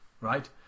Right